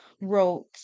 wrote